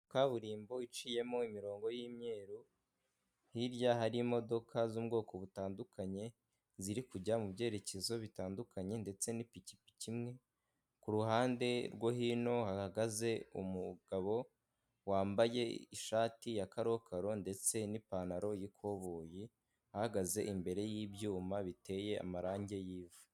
Kaburimbo iciyemo imirongo y'imyeru hirya hari imodoka zo mu bwoko butandukanye, ziri kujya mu byerekezo bitandukanye ndetse n'ipikipiki imwe, ku ruhande rwo hino hahagaze umugabo wambaye ishati ya karokaro ndetse n'ipantaro y'ikoboyi, ahagaze imbere y'ibyuma biteye amarange y'ivu.